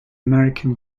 american